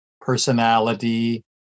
personality